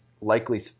likely